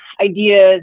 ideas